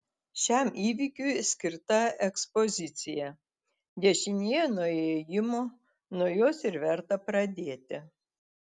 šiam įvykiui skirta ekspozicija dešinėje nuo įėjimo nuo jos ir verta pradėti